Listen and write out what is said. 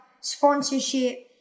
sponsorship